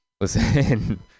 listen